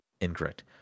Incorrect